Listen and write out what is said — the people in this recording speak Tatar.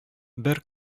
бер